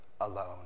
alone